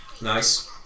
Nice